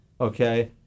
okay